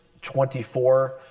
24